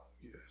Yes